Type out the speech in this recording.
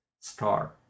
Star